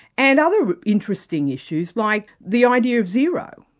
and other interesting issues like the idea of zero.